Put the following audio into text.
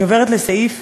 אני עוברת לסעיף